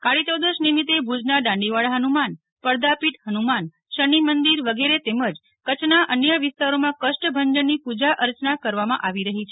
કાળીચૌદશ નિમિતે ભુજના ડાંડી વાળા ફનુમાન પડદા પીઠ ફનુમાન શનિ મંદિર વગેરે તેમજ કરછના અન્ય વિસ્તારોમાં કષ્ટભંજનની પૂજા અર્ચના કરવામાં આવી રફી છે